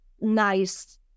nice